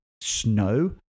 snow